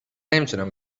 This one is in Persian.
نمیتونم